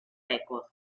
records